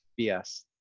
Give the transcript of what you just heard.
BS